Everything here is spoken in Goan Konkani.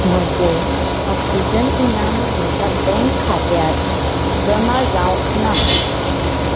म्हजें ऑक्सिजन इनाम म्हज्या बँक खात्यांत जमा जावंक ना